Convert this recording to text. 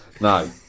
No